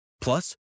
Plus